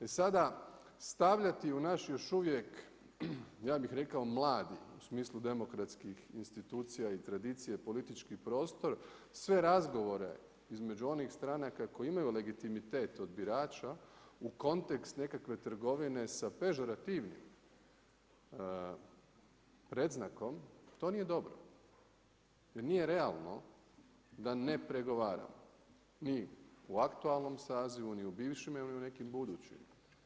E sada, stavljati u naš još uvijek, ja bih rekao mladi, u smislu demokratskih institucija i tradicija politički prostor, sve razgovore između onih stranaka koje imaju legitimitet od birača u kontekst nekakve trgovine sa pežorativnim predznakom, to nije dobro, jer nije realno da ne pregovaramo, mi u aktualnom sazivu, ni u bivšima ni u nekim budućima.